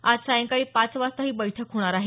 आज सायंकाळी पाच वाजता ही बैठक होणार आहे